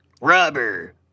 rubber